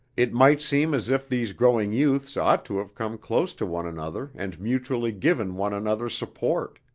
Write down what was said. it might seem as if these growing youths ought to have come close to one another and mutually given one another support.